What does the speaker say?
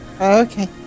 okay